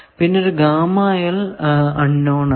പിന്നെ ഒരു unknown ആണ്